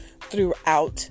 throughout